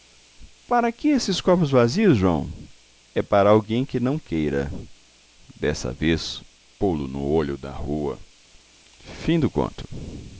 para que esses copos vazios joão é para alguém que não queira dessa vez pu lo no olho da rua como